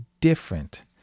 different